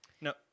No